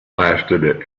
lasted